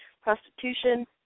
prostitution